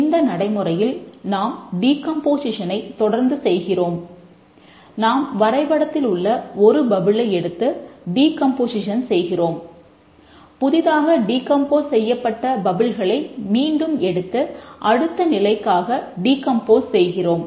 இந்த நடைமுறையில் நாம் டீகம்போசிஷனை செய்கிறோம்